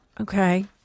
Okay